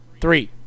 three